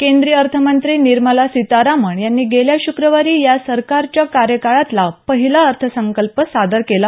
केंद्रीय अर्थमंत्री निर्मला सीतारामन यांनी गेल्या श्क्रवारी या सरकारच्या कार्यकाळातला पहिला अर्थसंकल्प सादर केला